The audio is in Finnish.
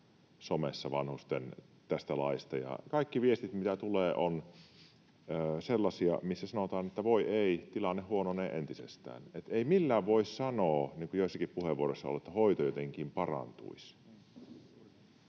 somessa vanhusten tästä laista. Kaikki viestit, mitä tulee, ovat sellaisia, missä sanotaan, että ”voi ei, tilanne huononee entisestään”, että ei millään voi sanoa, niin kuin joissakin puheenvuoroissa on ollut, että hoito jotenkin parantuisi.